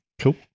Cool